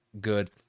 good